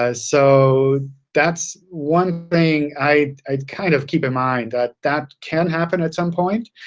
ah so that's one thing i'd i'd kind of keep in mind, that that can happen at some point.